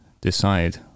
decide